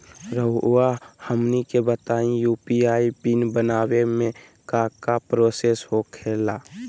रहुआ हमनी के बताएं यू.पी.आई पिन बनाने में काका प्रोसेस हो खेला?